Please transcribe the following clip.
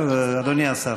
אדוני השר.